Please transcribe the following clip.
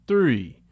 Three